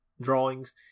drawings